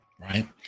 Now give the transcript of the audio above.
right